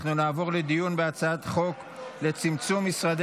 אנחנו נעבור לדיון בהצעת חוק לצמצום משרדי